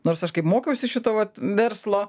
nors aš kaip mokiausi šito vat verslo